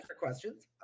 questions